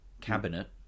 cabinet